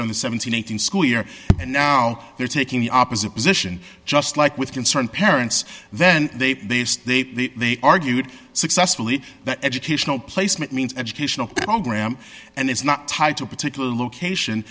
during the seven hundred school year and now they're taking the opposite position just like with concerned parents then they they state that they argued successfully that educational placement means educational program and it's not tied to a particular location